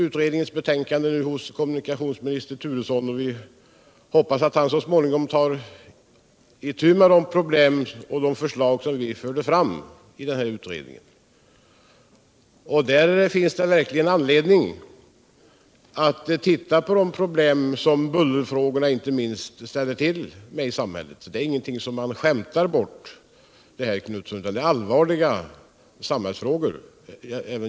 Utredningens betänkande ligger nu hos kommunikationsminister Turesson, och vi hoppas att han så småningom tar itu med de förslag som utredningen förde fram. Det finns verkligen anledning att titta på de problem som bullret förorsakar. Detta är ingenting som man bör skämta bort, Göthe Knutson, utan det störande bullret är en allvarlig samhällsfråga.